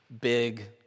big